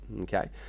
okay